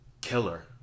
killer